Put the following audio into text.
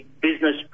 business